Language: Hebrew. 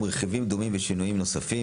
רכיבים דומים בשינויים נוספים.